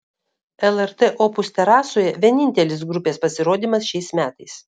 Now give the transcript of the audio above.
lrt opus terasoje vienintelis grupės pasirodymas šiais metais